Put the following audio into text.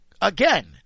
again